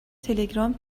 تلگرام